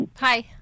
Hi